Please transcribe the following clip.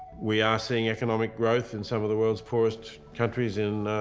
we are seeing economic growth in some of the world's poorest countries in,